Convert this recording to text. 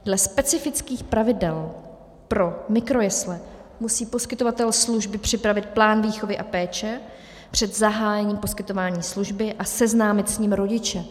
Dle specifických pravidel pro mikrojesle musí poskytovatel služby připravit plán výchovy a péče před zahájením poskytování služby a seznámit s ním rodiče.